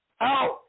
out